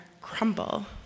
crumble